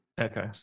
Okay